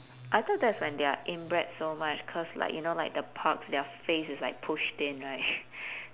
I thought that's when they're inbred so much cause like you know like the pugs their face is like pushed in right